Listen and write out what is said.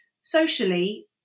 socially